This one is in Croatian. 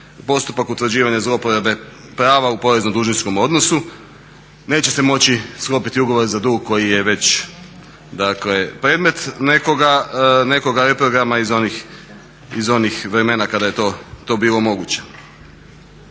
postupak utvrđivanja zlouporabe prava u porezno-dužničkom odnosu. Neće se moći sklopiti ugovor za dug koji je već, dakle predmet nekoga reprograma iz onih vremena kada je to bilo moguće.